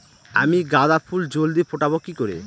আমি গাঁদা ফুল জলদি ফোটাবো কি করে?